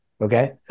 okay